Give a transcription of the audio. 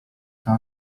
saa